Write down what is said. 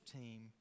team